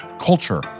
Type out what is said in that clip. culture